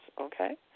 okay